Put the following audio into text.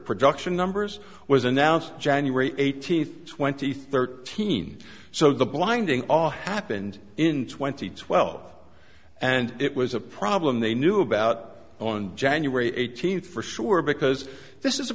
production numbers was announced january eighteenth twenty thirteen so the blinding all happened in twenty twelve and it was a problem they knew about on january eighteenth for sure because this is a